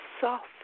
soft